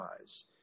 eyes